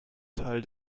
teil